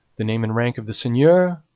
the name and rank of the seigneur,